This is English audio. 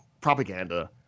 propaganda